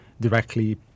directly